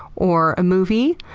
or a movie,